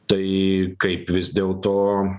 tai kaip vis dėl to